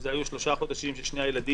זה היו שלושה חודשים ששני הילדים